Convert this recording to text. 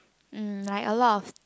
mm like a lot of